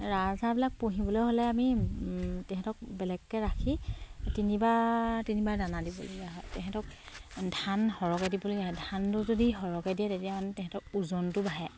ৰাজহাঁহবিলাক পুহিবলৈ হ'লে আমি তেহেঁতক বেলেগকে ৰাখি তিনিবাৰ তিনিবাৰ দানা দিবলগীয়া হয় তেহেঁতক ধান সৰহকে দিবলগীয়া হয় ধানটো যদি সৰহকে দিয়ে তেতিয়া আমি তেহেঁতৰ ওজনটো বাঢ়ে